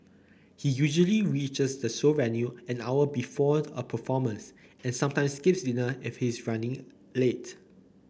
he usually reaches the show venue an hour before a performance and sometimes skips dinner if he is running late